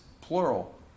plural